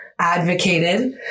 Advocated